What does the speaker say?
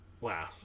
Wow